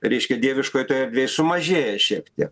reiškia dieviškoj toj erdvėj sumažėja šiek tiek